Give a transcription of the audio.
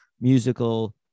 musical